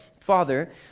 Father